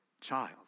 child